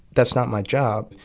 that's not my job.